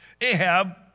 Ahab